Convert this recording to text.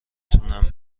تونم